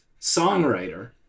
songwriter